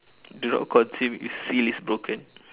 do not consume if seal is broken